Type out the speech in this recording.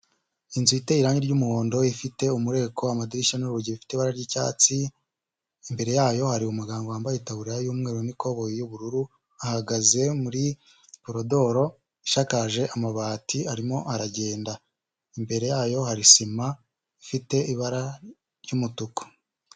Inzu ifite irangi ry'umuhondo, ifite umureko, amadirishya n'urugi bifite ibara ry'icyatsi, imbere yayo hari umu umugabo wambaye itaburiya y’umweru n'ikoboyi y'ubururu, ahagaze muri koridoro ishakaje amabati, arimo aragenda, imbere yayo hari sima ifite ibara ry'umutuku.